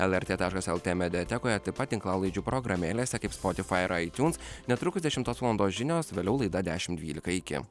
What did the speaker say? el er tė taškas el tė mediatekoje taip pat tinklalaidžių programėlėse kaip spotifai ir aitiuns netrukus dešimtos valandos žinios vėliau laida dešim dvylika iki